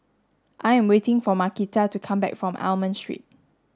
I am waiting for Markita to come back from Almond Street